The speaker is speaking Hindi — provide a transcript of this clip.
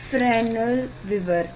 फ्रेनेल विवर्तन